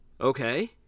Okay